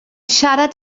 siarad